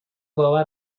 باور